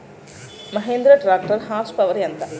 Mahindra tractor horse power ఎంత?